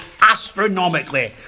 astronomically